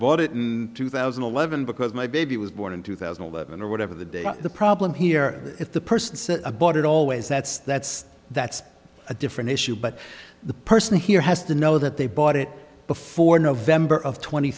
bought it in two thousand and eleven because my baby was born in two thousand and eleven or whatever the day the problem here if the person aboard it always that's that's that's a different issue but the person here has to know that they bought it before november of tw